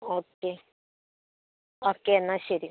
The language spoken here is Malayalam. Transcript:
ഓക്കെ ഓക്കെ എന്നാൽ ശരി